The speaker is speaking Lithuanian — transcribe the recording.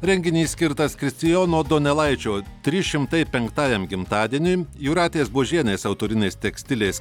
renginys skirtas kristijono donelaičio trys šimtai penktajam gimtadieniui jūratės buožienės autorinės tekstilės